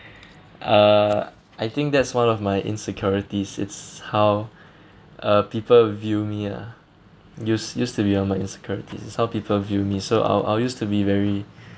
uh I think that's one of my insecurities it's how uh people view me ah use used to be on my insecurities this is how people view me so I'll I'll used to be very